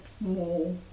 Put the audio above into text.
more